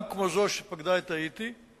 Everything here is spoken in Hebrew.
גם כמו זו שפקדה את האיטי,